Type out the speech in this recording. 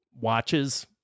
watches